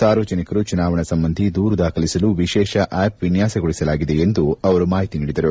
ಸಾರ್ವಜನಿಕರು ಚುನಾವಣಾ ಸಂಬಂಧಿ ದೂರು ದಾಖಲಿಸಲು ವಿಶೇಷ ಆಷ್ ವಿನ್ನಾಸಗೊಳಸಲಾಗಿದೆ ಎಂದು ಅವರು ಮಾಹಿತಿ ನೀಡಿದರು